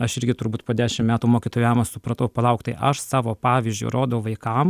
aš irgi turbūt po dešim metų mokytojavimo supratau palauk tai aš savo pavyzdžiu rodau vaikam